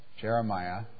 Jeremiah